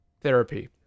therapy